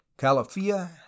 Calafia